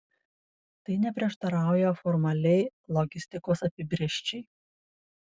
tai neprieštarauja formaliai logistikos apibrėžčiai